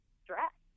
stress